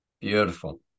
Beautiful